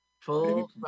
Full